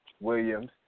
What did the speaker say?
Williams